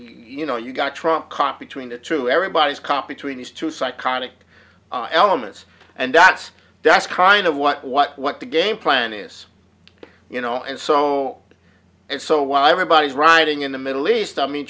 you know you've got trump caught between the true everybody's caught between these two psychotic elements and that's that's kind of what what what the game plan is you know and so and so while everybody is riding in the middle east i mean